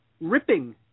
ripping